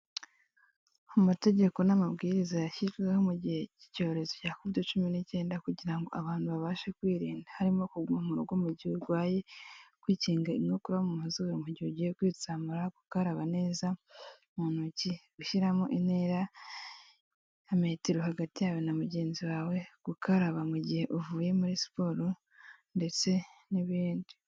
Amategeko n'amabwiriza yashyizweho mu gihe kicyorezo cya Covid cumi n'icyenda kugira ngo abantu babashe kwirinda harimo kuguma rugo mu gihe urwaye, kwikinga inkoko mu mazuru mu mugihe ugiye kwitsamura ,gukaraba neza mu ntoki ,gushyiramo intera nka metero hagati yawe na mugenzi wawe, gukaraba mugihe uvuye muri siporo ndetse n'ibindi.